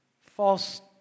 false